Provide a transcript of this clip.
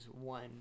one